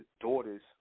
daughters